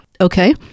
okay